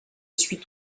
suite